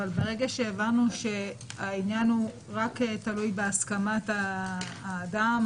אבל ברגע שהבנו שהעניין תלוי רק בהסכמת העצור,